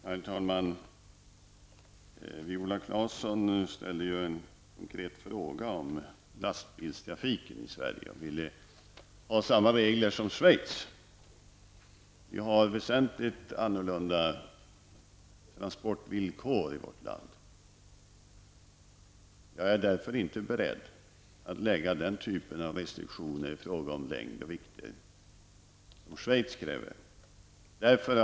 Herr talman! Viola Claesson ställde en konkret fråga om lastbilstrafiken i Sverige. Hon ville att vi här skulle ha samma regler som man har i Schweiz. Vi har väsentligt annorlunda transportvillkor i vårt land, och jag är därför inte beredd att här lägga den typen av restriktioner i fråga om längder och vikter som man kräver i Schweiz.